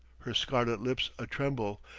her scarlet lips a-tremble,